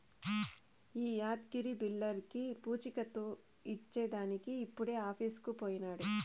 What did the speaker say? ఈ యాద్గగిరి బిల్డర్లకీ పూచీకత్తు ఇచ్చేదానికి ఇప్పుడే ఆఫీసుకు పోయినాడు